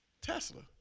Tesla